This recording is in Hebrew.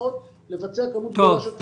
מאוד כדי לבצע כמות גדולה של בדיקות.